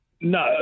No